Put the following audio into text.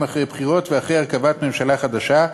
אחרי בחירות ואחרי הרכבת ממשלה חדשה,